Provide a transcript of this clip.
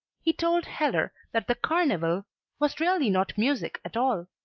he told heller that the carneval was really not music at all.